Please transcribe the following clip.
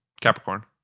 Capricorn